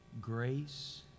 Grace